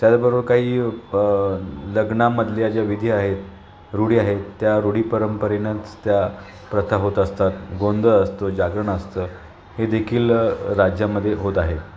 त्याचबरो काही लग्नामधल्या ज्या विधी आहेत रूढी आहेत त्या रूढी परंपरेनंच त्या प्रथा होत असतात गोंंधळ असतो जागरण असतं हे देखील राज्यामध्ये होत आहे